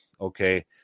Okay